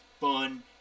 fun